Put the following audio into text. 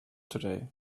today